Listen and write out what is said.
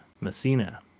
Messina